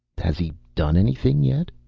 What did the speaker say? has he done anything yet?